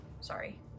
Sorry